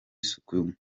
isuku